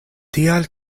tial